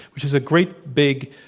which is a great big,